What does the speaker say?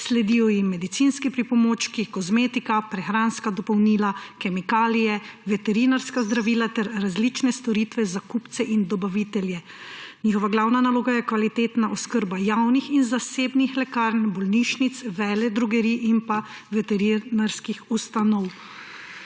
sledijo jim medicinski pripomočki, kozmetika, prehranska dopolnila, kemikalije, veterinarska zdravila ter različne storitve za kupce in dobavitelje. Njihova glavna naloga je kvalitetna oskrba javnih in zasebnih lekarn, bolnišnic, veledrogerij in pa veterinarskih ustanov.